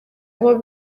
aho